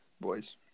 boys